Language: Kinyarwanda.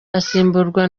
asimburwa